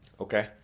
Okay